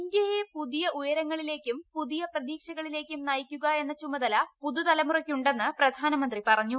ഇന്ത്യയെ പുതിയ ഉയരങ്ങളിലേക്കും പുതിയ പ്രതീക്ഷകളിലേക്കും നയിക്കുക എന്ന ചുമതല പുതുതലമുറ യ്ക്കുണ്ടെന്ന് പ്രധാനമന്ത്രി പറഞ്ഞു